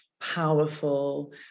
powerful